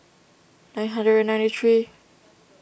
nine hundred and ninety three